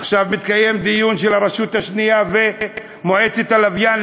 עכשיו מתקיים דיון של הרשות השנייה ומועצת הלוויין,